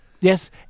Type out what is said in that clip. Yes